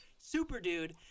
Superdude